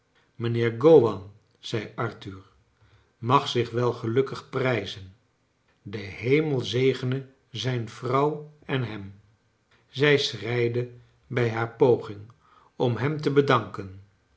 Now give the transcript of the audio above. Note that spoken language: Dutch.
mijnheer gowan zei arthur mag zich wel gelukkig prijzen de hemel zegene zijne vrouw en hem zij schreide bij haar poging om hem te bedanken